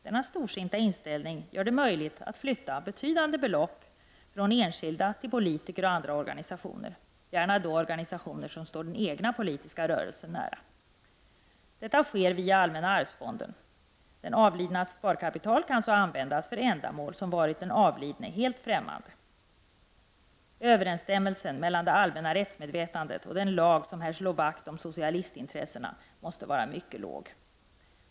Denna storsinta inställning gör det möjligt att flytta betydande belopp från enskilda till politiska och andra organisationer — gärna då organisationer som står den egna politiska rörelsen nära. Detta sker via Allmänna arvsfonden. Den avlidnes sparkapital kan så användas för ändamål som varit den avlidne helt främmande. Överensstämmelsen mellan det allmänna rättsmedvetandet och den lag som här slår vakt om socialistintressena måste vara mycket låg.